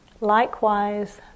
Likewise